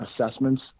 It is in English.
assessments